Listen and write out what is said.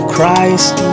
Christ